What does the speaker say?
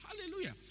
Hallelujah